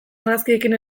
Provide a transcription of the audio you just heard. argazkiekin